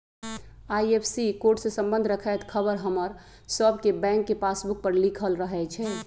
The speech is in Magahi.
आई.एफ.एस.सी कोड से संबंध रखैत ख़बर हमर सभके बैंक के पासबुक पर लिखल रहै छइ